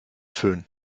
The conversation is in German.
föhn